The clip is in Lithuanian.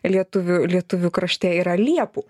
lietuvių lietuvių krašte yra liepų